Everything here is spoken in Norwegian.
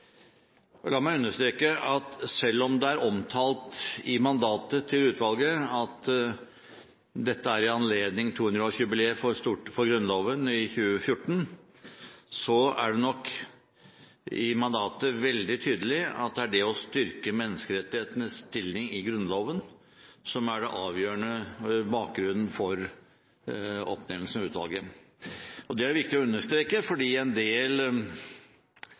utvalget. La meg understreke at selv om det er omtalt i mandatet til utvalget at dette er i anledning Grunnlovens 200-årsjubileum i 2014, er det i mandatet veldig tydelig at det er det å styrke menneskerettighetenes stilling i Grunnloven som er den avgjørende bakgrunnen for oppnevnelsen av utvalget. Det er det viktig å understreke fordi en del